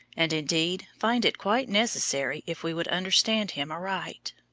and, indeed, find it quite necessary if we would understand him aright.